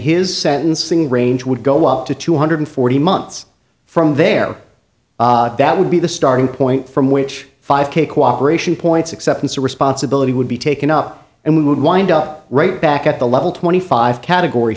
his sentencing range would go up to two hundred forty months from there that would be the starting point from which five k cooperation points acceptance or responsibility would be taken up and we would wind up right back at the level twenty five category